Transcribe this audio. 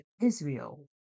Israel